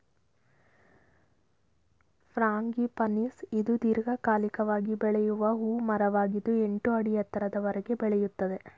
frangipanis ಇದು ದೀರ್ಘಕಾಲಿಕವಾಗಿ ಬೆಳೆಯುವ ಹೂ ಮರವಾಗಿದ್ದು ಎಂಟು ಅಡಿ ಎತ್ತರದವರೆಗೆ ಬೆಳೆಯುತ್ತದೆ